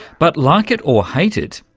but like it or hate it,